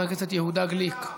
חבר הכנסת יהודה גליק.